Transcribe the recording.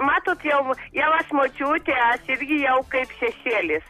matot jau jau aš močiutė aš irgi jau kaip šešėlis